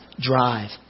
drive